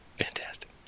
fantastic